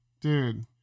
Dude